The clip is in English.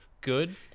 good